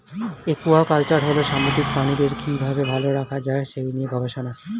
aquaculture হল সামুদ্রিক প্রাণীদের কি ভাবে ভালো রাখা যায় সেই নিয়ে গবেষণা